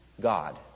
God